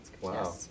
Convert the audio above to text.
wow